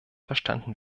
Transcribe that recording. verstanden